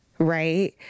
right